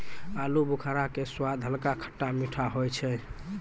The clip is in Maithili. आलूबुखारा के स्वाद हल्का खट्टा मीठा होय छै